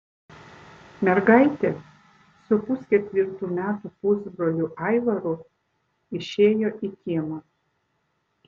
mergaitė su pusketvirtų metų pusbroliu aivaru išėjo į kiemą